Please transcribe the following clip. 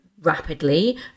rapidly